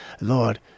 lord